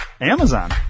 Amazon